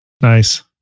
Nice